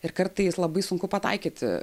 ir kartais labai sunku pataikyti